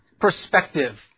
perspective